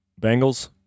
Bengals